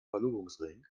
verlobungsring